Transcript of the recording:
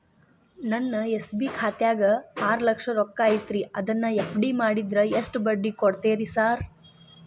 ನನ್ನ ಎಸ್.ಬಿ ಖಾತ್ಯಾಗ ಆರು ಲಕ್ಷ ರೊಕ್ಕ ಐತ್ರಿ ಅದನ್ನ ಎಫ್.ಡಿ ಮಾಡಿದ್ರ ಎಷ್ಟ ಬಡ್ಡಿ ಕೊಡ್ತೇರಿ ಸರ್?